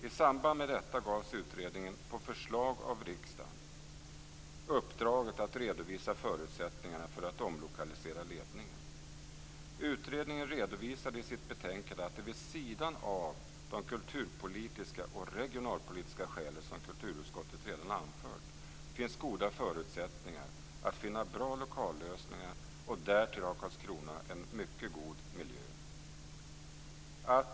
I samband med detta gavs utredningen, på förslag av riksdagen, uppdraget att redovisa förutsättningarna för att omlokalisera ledningen. Utredningen redovisade i sitt betänkande att det, vid sidan av de kulturpolitiska och regionalpolitiska skäl som kulturutskottet redan anfört, finns goda förutsättningar att finna bra lokallösningar. Därtill har Karlskrona en mycket god miljö.